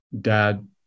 dad